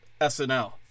SNL